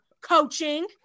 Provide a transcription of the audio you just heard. Coaching